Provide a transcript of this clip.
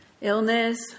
illness